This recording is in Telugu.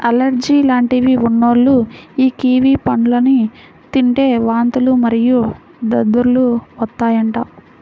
అలెర్జీ లాంటివి ఉన్నోల్లు యీ కివి పండ్లను తింటే వాంతులు మరియు దద్దుర్లు వత్తాయంట